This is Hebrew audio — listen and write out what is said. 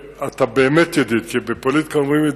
שאנחנו מדברים בה,